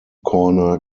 corner